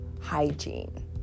hygiene